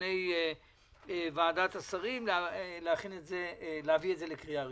לפני ועדת השרים להביא לקריאה ראשונה.